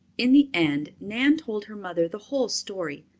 in the end nan told her mother the whole story,